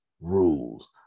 rules